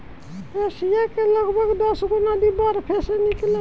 Asia के लगभग दसगो नदी बरफे से निकलेला